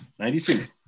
92